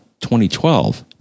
2012